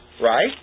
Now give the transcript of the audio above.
Right